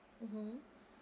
mmhmm